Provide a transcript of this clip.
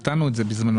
נתנו את זה בזמנו.